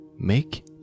Make